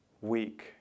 week